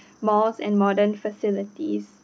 malls and modern facilities